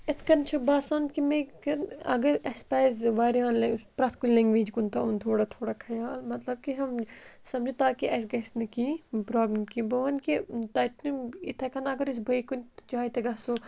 یِتھ کٔنۍ چھُ باسان کہِ مےٚ اگر اَسہِ پَزِ واریاہ لے پرٛٮ۪تھ کُنہِ لینٛگویج کُن تہِ اوٚن تھوڑا تھوڑا خَیال مطلب کہِ ہُم سَمجو تاکہِ اَسہِ گَژھِ نہٕ کینٛہہ پرٛابلِم کینٛہہ بہٕ وَنہٕ کہِ تَتہِ یِتھَے کٔنۍ اگر أسۍ بیٚیہِ کُنہِ تہِ جایہِ تہِ گژھو